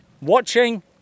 watching